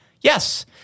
yes